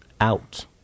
out